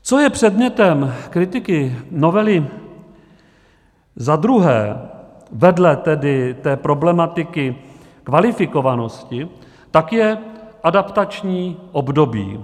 Co je předmětem kritiky novely za druhé, vedle tady té problematiky kvalifikovanosti, pak je adaptační období.